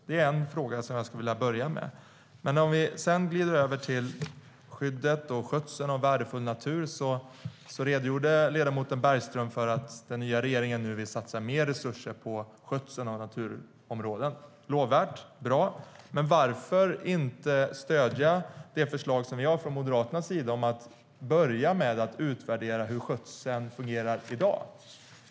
Det är en fråga jag skulle vilja börja med. När det gäller skyddet och skötseln av värdefull natur redogjorde ledamoten Bergström för att den nya regeringen nu vill satsa mer resurser på skötseln av naturområden. Det är lovvärt och bra, men varför inte stödja det förslag som vi i Moderaterna har om att börja med att utvärdera hur skötseln fungerar i dag?